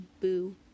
boo